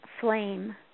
flame